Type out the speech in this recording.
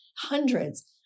hundreds